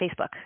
facebook